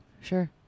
sure